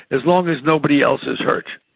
as long as nobody else is hurt.